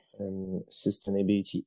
sustainability